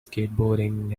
skateboarding